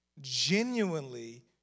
genuinely